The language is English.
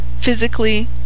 physically